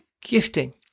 gifting